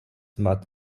but